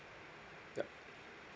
yup